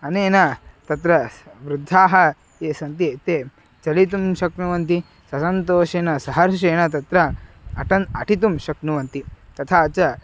अनेन तत्र वृद्धाः ये सन्ति ते चलितुं शक्नुवन्ति सन्तोषेन हर्षेण तत्र अटन् अटितुं शक्नुवन्ति तथा च